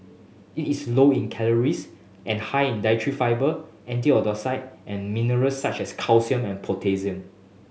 it is low in calories and high in dietary fibre and mineral such as calcium and potassium